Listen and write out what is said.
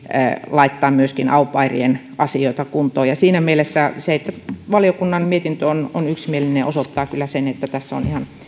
laittaa myöskin au pairien asioita kuntoon ja siinä mielessä valiokunnan mietintö on on yksimielinen ja osoittaa kyllä sen että tässä on ihan